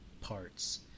parts